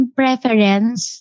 preference